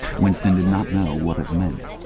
winston did not know what it meant,